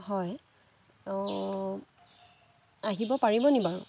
হয় অঁ আহিব পাৰিব নি বাৰু